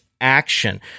action